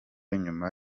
nyuma